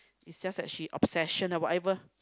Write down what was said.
it's just that she obsession ah whatever